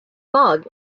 bug